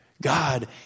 God